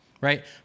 right